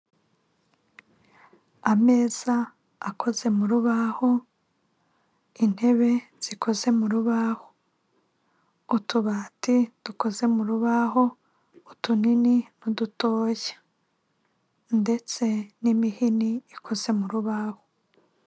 Ameza akoze mu rubaho, intebe zikoze mu rubaho, utubati dukoze mu rubaho utunini n'udutoya, ndetse n'imihini ikoze mu rubaho.